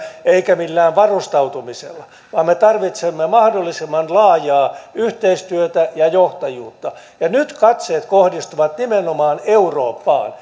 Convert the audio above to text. eikä millään varustautumisella vaan me tarvitsemme mahdollisimman laajaa yhteistyötä ja johtajuutta ja nyt katseet kohdistuvat nimenomaan eurooppaan